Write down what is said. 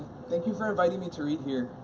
thank you for inviting me to read here.